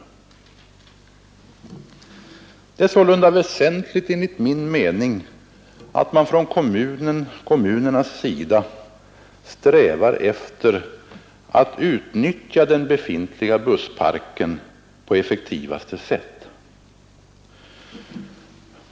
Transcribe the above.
järnvägars Det är sålunda enligt min mening väsentligt att man inom kommuskolskjutsnerna strävar efter att utnyttja den befintliga bussparken på effektivaste Uppdrag sätt.